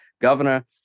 Governor